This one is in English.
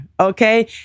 Okay